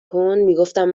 کن، میگفتم